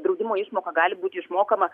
draudimo išmoka gali būti išmokama